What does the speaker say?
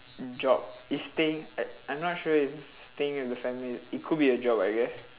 job is stay~ at I'm not sure if staying as a family it could be a job I guess